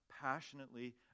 passionately